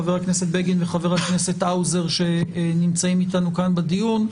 חבר הכנסת בגין וחבר הכנסת האוזר שנמצאים איתנו כאן בדיון,